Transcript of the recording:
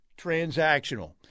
transactional